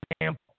example